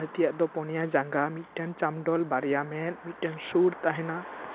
ᱦᱟᱹᱛᱤᱭᱟᱜ ᱫᱚ ᱯᱳᱱᱭᱟ ᱡᱟᱸᱜᱟ ᱢᱤᱫᱴᱮᱱ ᱪᱟᱸᱰᱵᱚᱞ ᱵᱟᱨᱭᱟ ᱢᱮᱫ ᱢᱤᱫᱴᱮᱱ ᱥᱩᱬ ᱛᱟᱦᱮᱱᱟ